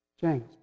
James